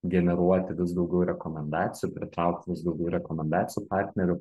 generuoti vis daugiau rekomendacijų pritraukti vis daugiau rekomendacijų partnerių